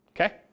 okay